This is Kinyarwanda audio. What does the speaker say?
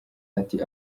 ati